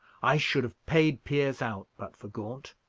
i should have paid pierce out, but for gaunt.